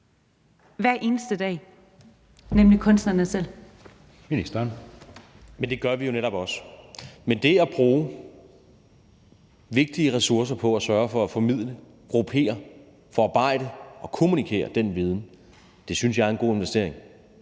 Kulturministeren (Jakob Engel-Schmidt): Det gør vi jo netop også. Men det at bruge vigtige ressourcer på at sørge for at formidle, gruppere, forarbejde og kommunikere den viden synes jeg er en god investering.